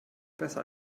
besser